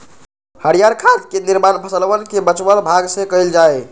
हरीयर खाद के निर्माण फसलवन के बचल भाग से कइल जा हई